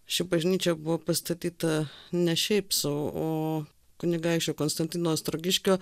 ši bažnyčia buvo pastatyta ne šiaip sau o kunigaikščio konstantino ostrogiškio